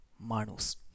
Manus